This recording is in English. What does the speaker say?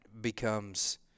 becomes